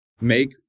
make